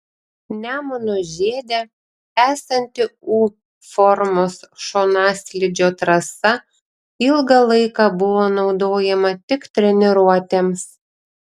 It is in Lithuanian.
nemuno žiede esanti u formos šonaslydžio trasa ilgą laiką buvo naudojama tik treniruotėms